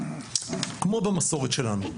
כמו במסורת שלנו.